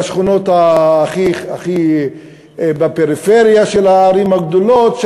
בשכונות שהיו הכי בפריפריה של הערים הגדולות,